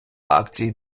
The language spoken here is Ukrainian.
акцій